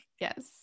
Yes